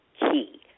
key